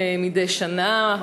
כמדי שנה.